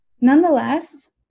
Nonetheless